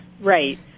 right